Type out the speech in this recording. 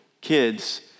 kids